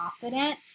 confident